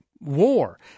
war